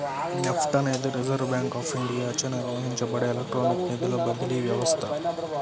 NEFT అనేది reserve bank of ఇండియాచే నిర్వహించబడే ఎలక్ట్రానిక్ నిధుల బదిలీ వ్యవస్థ